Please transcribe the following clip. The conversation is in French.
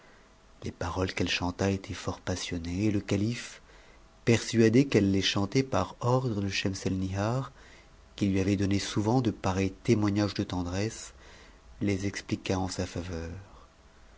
les paroles qu'eue chanta étaient fort passionnées et e calife persuadé qu'eue les chantait par ordre de schemselnihar qui lui avait donné souvent de pa'cits témoignages de tendresse les expliqua en sa faveur